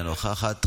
אינה נוכחת,